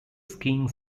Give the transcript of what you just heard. skiing